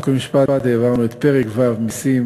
חוק ומשפט העברנו את פרק ו' (מסים),